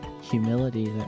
humility